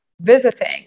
visiting